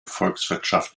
volkswirtschaft